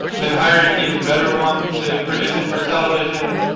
then hiring an even better one to produce it for television.